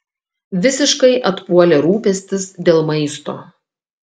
visiškai atpuolė rūpestis dėl maisto